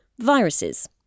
viruses